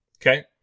Okay